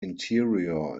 interior